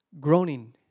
groaning